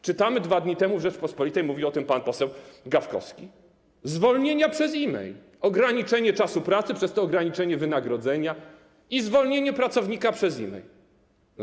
Czytaliśmy 2 dni temu w „Rzeczpospolitej”, mówił o tym pan poseł Gawkowski: zwolnienia przez e-mail, ograniczenie czasu pracy, przez to ograniczenie wynagrodzenia i zwolnienie pracownika przez e-mail.